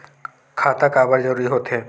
खाता काबर जरूरी हो थे?